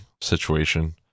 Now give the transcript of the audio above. situation